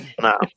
No